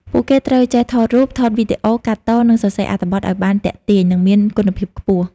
ពួកគេត្រូវចេះថតរូប ថតវីដេអូ កាត់ត និងសរសេរអត្ថបទឱ្យបានទាក់ទាញ និងមានគុណភាពខ្ពស់។